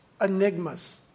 enigmas